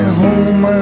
home